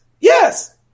Yes